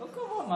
לא קבוע.